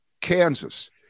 Kansas